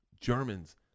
Germans